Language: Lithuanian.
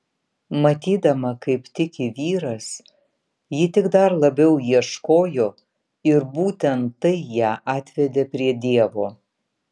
matydama kaip tiki vyras ji tik dar labiau ieškojo ir būtent tai ją atvedė prie dievo